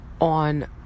on